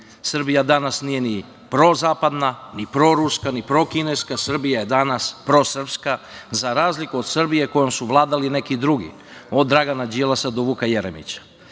danas nije ni prozapadna, ni proruska, ni prokineska, Srbija je danas prosrpska, za razliku od Srbije kojom su vladali neki drugi, od Dragana Đilasa do Vuka Jeremića.